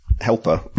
helper